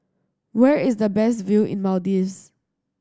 where is the best view in Maldives